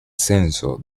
censo